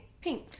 pink